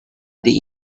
the